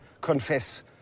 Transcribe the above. confess